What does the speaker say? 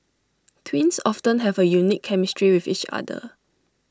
twins often have A unique chemistry with each other